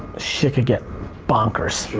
shit could get bonkers.